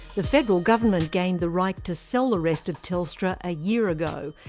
the federal government gained the right to sell the rest of telstra a year ago,